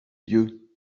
dieu